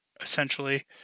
essentially